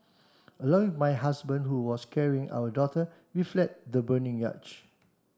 along with my husband who was carrying our daughter we fled the burning yacht